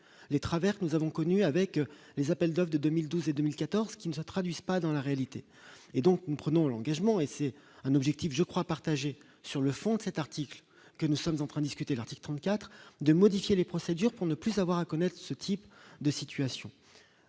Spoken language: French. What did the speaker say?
les travers que nous avons connu avec les appels doivent de 2012 et 2014 qui ne se traduisent pas dans la réalité, et donc nous prenons l'engagement et c'est un objectif je crois partager sur le fond de cet article que nous sommes en train discuter l'article 34 de modifier les procédures pour ne plus avoir à connaître ce type de situation,